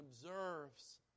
observes